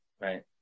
Right